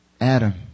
Adam